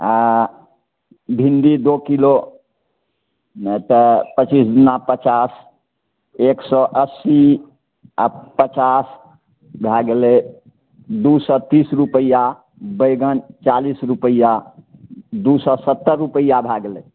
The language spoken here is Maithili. आ भिण्डी दो किलो मटर पचीस दुना पचास एक सए अस्सी आ पचास भए गेलै दू सए तीस रुपैआ बैगन चालीस रुपैया दू सए सत्तर रुपैआ भए गेलै